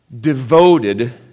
devoted